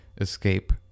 escape